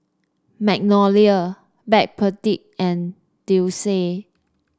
Magnolia Backpedic and Delsey